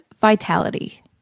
Vitality